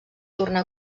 tornar